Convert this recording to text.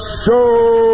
show